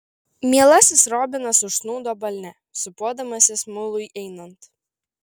mielasis robinas užsnūdo balne sūpuodamasis mului einant